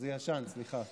זה ישן, סליחה.